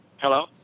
Hello